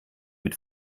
mit